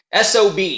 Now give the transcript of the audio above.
SOB